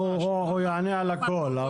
הוא יענה על הכל.